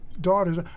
daughters